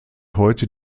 heute